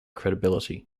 credibility